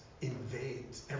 invades